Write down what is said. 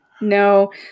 No